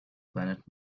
planet